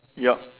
yup